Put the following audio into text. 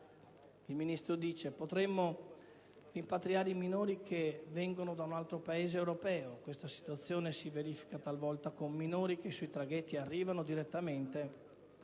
Il Ministro dice: «Potremmo rimpatriare i minori che vengono da un altro Paese europeo. Questa situazione si verifica talvolta con minori che sui traghetti arrivano direttamente